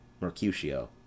Mercutio